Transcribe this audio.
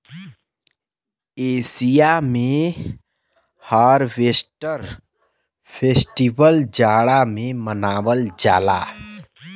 Asia में harvest festival जाड़ा में मनावल जाला